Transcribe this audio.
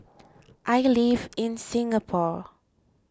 I live in Singapore